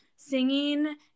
singing